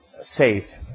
saved